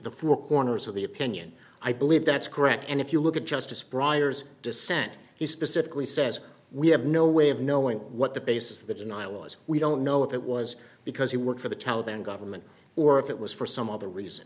the four corners of the opinion i believe that's correct and if you look at justice briar's dissent he specifically says we have no way of knowing what the basis of the denial was we don't know if it was because he worked for the taliban government or if it was for some other reason